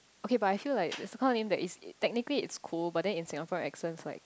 okay but I feel like this kind of name technically it's cool but then in Singapore accent like